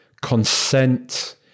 consent